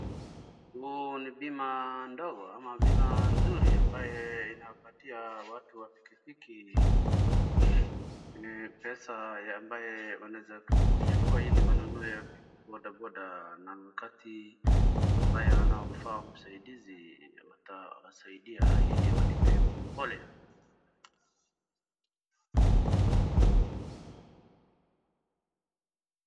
Huu ni bima ndogo ama bima nzuri ambaye inawapatia watu wa pikipiki pesa ambaye wanaweza kuchukua ili wanunue bodaboda na wakati ambaye wanaoffer msaidizi watawasaidia ili walipe polepole.